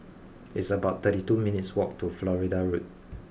it's about thirty two minutes' walk to Florida Road